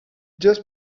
just